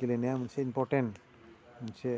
गेलेनाया मोनसे इम्परटेन्ट मोनसे